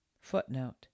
Footnote